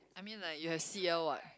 I mean like you have C_L what